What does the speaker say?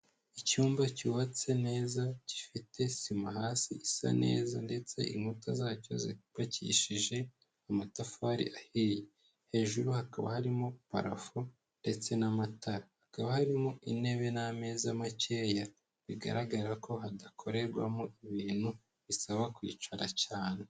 Icyumba cyubatse neza, gifite sima hasi isa neza ndetse inkuta zacyo zubakishije amatafari ahiye, hejuru hakaba harimo parafo ndetse n'amatara, hakaba harimo intebe n'ameza makeya bigaragara ko hadakorerwamo ibintu bisaba kwicara cyane.